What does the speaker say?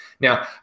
now